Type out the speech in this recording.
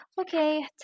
Okay